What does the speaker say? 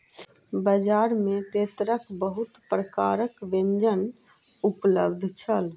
बजार में तेतैरक बहुत प्रकारक व्यंजन उपलब्ध छल